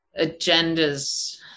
agendas